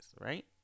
right